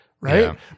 right